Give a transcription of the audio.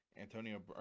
antonio